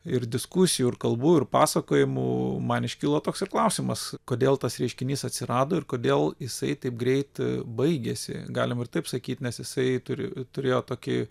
ir diskusijų ir kalbų ir pasakojimų man iškilo toks ir klausimas kodėl tas reiškinys atsirado ir kodėl jisai taip greit baigėsi galima ir taip sakyt nes jisai turi turėjo tokį